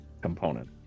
component